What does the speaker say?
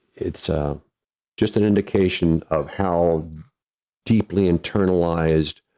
it's just an indication of how deeply internalized